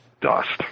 dust